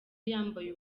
yambaye